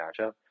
matchup